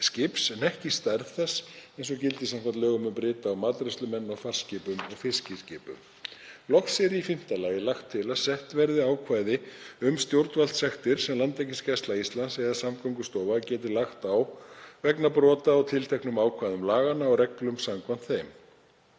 skips en ekki stærð þess eins og gildir samkvæmt lögum um bryta og matreiðslumenn á farskipum og fiskiskipum. Loks er í fimmta lagi lagt til að sett verði ákvæði um stjórnvaldssektir sem Landhelgisgæsla Íslands eða Samgöngustofa geti lagt á vegna brota á tilteknum ákvæðum laganna og reglum samkvæmt þeim.